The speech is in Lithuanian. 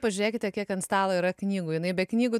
pažiūrėkite kiek ant stalo yra knygų jinai be knygų